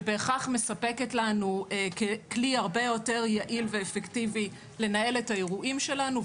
שבהכרח מספקת לנו כלי הרבה יותר יעיל ואפקטיבי לנהל את האירועים שלנו,